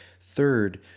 Third